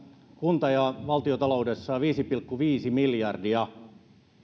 kunta ja valtiontaloudessa on viisi pilkku viisi miljardia